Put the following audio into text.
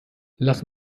lass